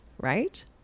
right